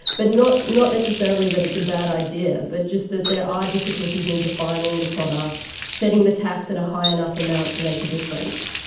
but not not necessarily that it's a bad idea but just that there are difficulties in defining the product, setting the tax at a high enough amount to make a difference,